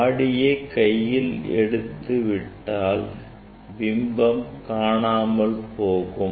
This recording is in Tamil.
ஆடியை கையில் எடுத்துவிட்டால் பிம்பம் காணாமல் போகும்